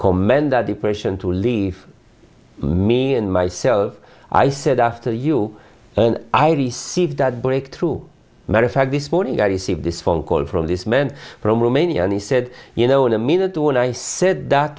commend the depression to leave me and myself i said after you and i received that breakthrough matter of fact this morning i received a phone call from this man from romania and he said you know in a minute when i said that